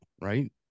right